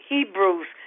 Hebrews